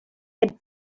had